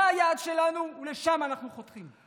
זה היעד שלנו, ולשם אנחנו חותרים.